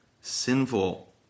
sinful